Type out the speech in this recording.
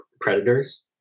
predators